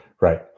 Right